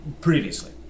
previously